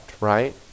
right